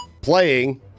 playing